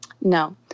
No